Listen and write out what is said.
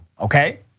okay